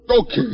Okay